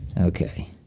Okay